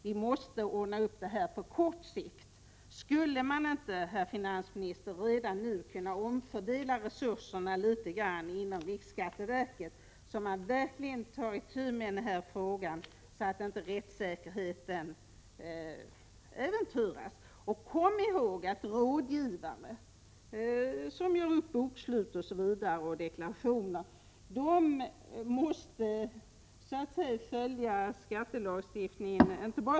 Vi måste ordna detta 83 snabbt. Skulle man inte, herr finansminister, redan nu kunna omfördela resurserna litet grand inom riksskatteverket, så att man verkligen tar itu med denna fråga och så att inte rättssäkerheten äventyras? Kom ihåg att rådgivare som gör upp bokslut, deklarationer, osv. måste följa skattelagstiftningen.